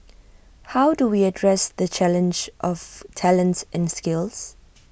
how do we address the challenge of talent and skills